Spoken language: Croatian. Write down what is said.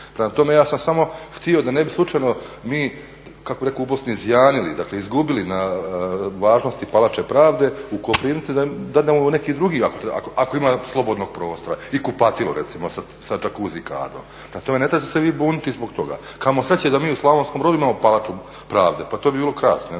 Prema tome, ja sam samo htio da ne bi slučajno mi kako kažu u Bosni izjanili, dakle izgubili na važnosti Palače pravde u Koprivnici, da dadnemo neki drugi, ako ima slobodnog prostora i kupaonicu recimo sa jacuzzi kadom. Prema tome, ne trebate se vi buniti zbog toga. Kamo sreće da mi u Slavonskom Brodu imamo palaču pravde, pa to bi bilo krasno,